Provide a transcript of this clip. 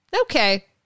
Okay